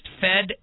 Fed